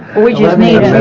we just made